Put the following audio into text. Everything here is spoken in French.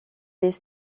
des